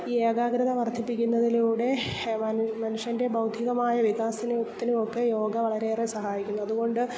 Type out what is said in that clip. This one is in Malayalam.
ഈ ഏകാഗ്രത വർദ്ധിപ്പിക്കുന്നതിലൂടെ മനുഷ്യൻ മനുഷ്യൻ്റെ ബൗദ്ധികമായ വികാസനത്തിനുമൊക്കെ യോഗ വളരെയേറെ സഹായിക്കുന്നു അതുകൊണ്ട്